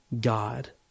God